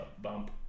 bump